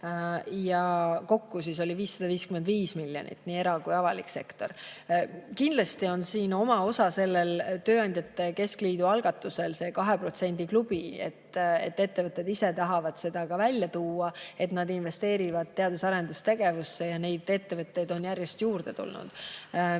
Kokku oli 555 miljonit, nii era- kui ka avalik sektor. Kindlasti on siin oma osa tööandjate keskliidu algatusel, sellel 2% klubil. Ettevõtted ise tahavad seda ka välja tuua, et nad investeerivad teadus- ja arendustegevusse, ja neid ettevõtteid on järjest juurde tulnud.